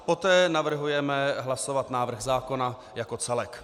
Poté navrhujeme hlasovat návrh zákona jako celek.